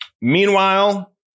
meanwhile